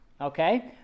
Okay